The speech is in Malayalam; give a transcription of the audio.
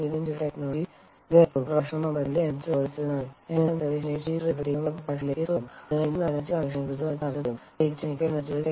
അതിനാൽ ഇന്ന് നമ്മൾ എനർജി കൺസെർവഷനെക്കുറിച്ചുള്ള നമ്മളുടെ ചർച്ച തുടരും പ്രത്യേകിച്ച് മെക്കാനിക്കൽ എനർജി സ്റ്റോറേജ് ടെക്നോളജീസ്mechanical എനർജി storage technology